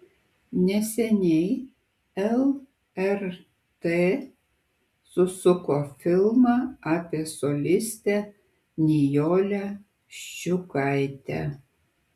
neseniai lrt susuko filmą apie solistę nijolę ščiukaitę